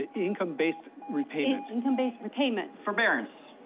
income-based repayment. income-based repayment. forbearance.